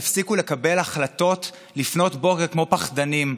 תפסיקו לקבל החלטות לפנות בוקר כמו פחדנים,